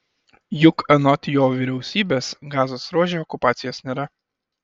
juk anot jo vyriausybės gazos ruože okupacijos nėra